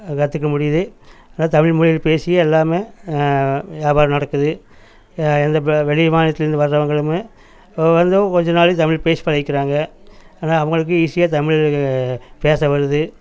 கற்றுக்க முடியுது அதுதான் தமிழ் மொழி பேசி எல்லாமே வியாபாரம் நடக்குது இந்த வெளி மாநிலத்திலருந்து வரவங்களுமே வந்து கொஞ்ச நாள் தமிழ் பேசி பழகிக்கிறாங்க ஆனால் அவங்களுக்கு ஈஸியாக தமிழ் பேச வருது